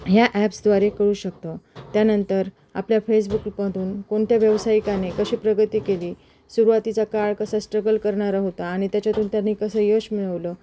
ह्या ॲप्सद्वारे कळू शकतं त्यानंतर आपल्या फेसबुक मधून कोणत्या व्यवसायिकाने कशी प्रगती केली सुरुवातीचा काळ कसा स्ट्रगल करणारा होता आणि त्याच्यातून त्यांनी कसं यश मिळवलं